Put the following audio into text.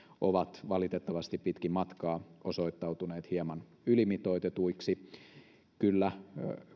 ovat valitettavasti pitkin matkaa osoittautuneet hieman ylimitoitetuiksi kyllä